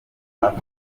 hafi